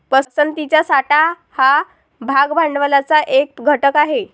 पसंतीचा साठा हा भाग भांडवलाचा एक घटक आहे